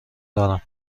دارم